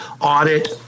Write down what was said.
audit